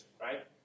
right